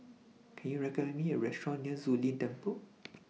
Can YOU recommend Me A Restaurant near Zu Lin Temple